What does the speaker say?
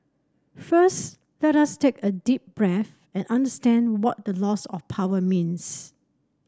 first let us take a deep breath and understand what the loss of power means